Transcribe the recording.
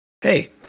Hey